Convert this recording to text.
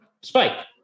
spike